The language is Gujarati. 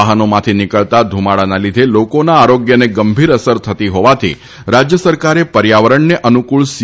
વાહનોમાંથી નીકળતા ધૂમાડાના લીધે લોકોના આરોગ્યને ગંભીર અસર થતી હોવાથી રાજ્ય સરકારે પર્યાવરણને અનુક્રળ સી